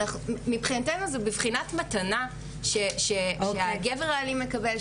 מבחינתנו זאת בבחינת מתנה שהגבר האלים מקבל,